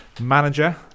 manager